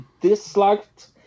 disliked